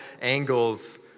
angles